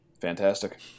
Fantastic